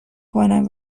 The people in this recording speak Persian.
کنم